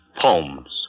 poems